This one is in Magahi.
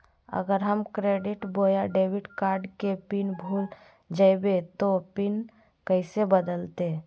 अगर हम क्रेडिट बोया डेबिट कॉर्ड के पिन भूल जइबे तो पिन कैसे बदलते?